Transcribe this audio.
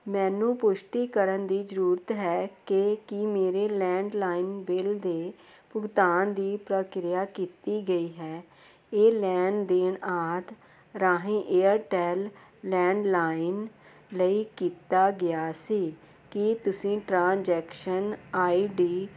ਮੈਨੂੰ ਪੁਸ਼ਟੀ ਕਰਨ ਦੀ ਜ਼ਰੂਰਤ ਹੈ ਕਿ ਕੀ ਮੇਰੇ ਲੈਂਡਲਾਈਨ ਬਿੱਲ ਦੇ ਭੁਗਤਾਨ ਦੀ ਪ੍ਰਕਿਰਿਆ ਕੀਤੀ ਗਈ ਹੈ ਇਹ ਲੈਣ ਦੇਣ ਆਦਿ ਰਾਹੀਂ ਏਅਰਟੈੱਲ ਲੈਂਡਲਾਈਨ ਲਈ ਕੀਤਾ ਗਿਆ ਸੀ ਕੀ ਤੁਸੀਂ ਟ੍ਰਾਂਜੈਕਸ਼ਨ ਆਈਡੀ